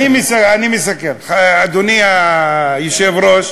מכובדי היושב-ראש,